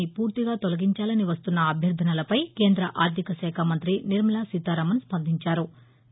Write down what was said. ని పూర్తిగా తౌలగించాలని వస్తున్న అభ్యర్గనలపై కేంద్ర ఆర్గిక శాఖా మంతి నిర్శలా సీతా రామన్ స్పందించారు